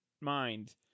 mind